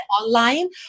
online